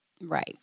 Right